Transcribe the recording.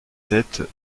sept